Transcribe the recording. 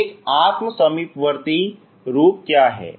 एक आत्म समीपवर्ती रूप क्या है